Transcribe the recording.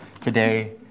today